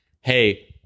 hey